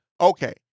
Okay